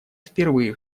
впервые